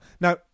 now